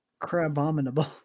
crabominable